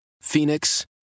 Phoenix